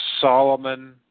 Solomon